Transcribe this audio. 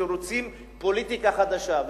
רוצים פוליטיקה חדשה.